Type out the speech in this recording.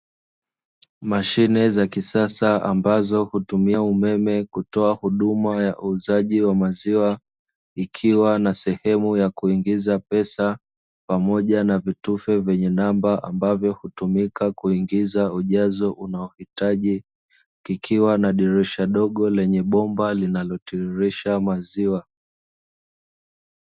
Mashine za kisasa ambazo hutumia umeme kutoa huduma ya uuzaji wa maziwa, ikiwa na sehemu ya kuingiza pesa, pamoja na vitufe vyenye namba ambavyo hutumika kuingiza ujazo unaohitaji, kikiwa na dirisha dogo lenye bomba linalotiririsha maziwa.